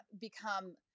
become